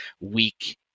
weak